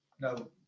No